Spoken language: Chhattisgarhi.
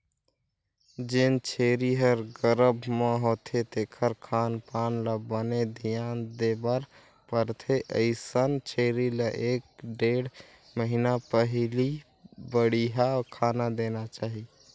जेन छेरी ह गरभ म होथे तेखर खान पान ल बने धियान देबर परथे, अइसन छेरी ल एक ढ़ेड़ महिना पहिली बड़िहा खाना देना चाही